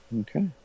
okay